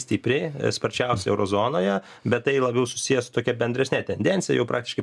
stipriai sparčiausiai euro zonoje bet tai labiau susiję su tokia bendresne tendencija jau praktiškai